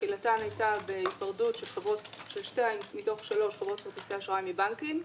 שתחילתן הייתה בהיפרדות של שתיים מתוך שלוש חברות כרטיסי האשראי מבנקים.